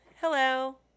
Hello